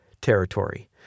territory